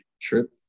trip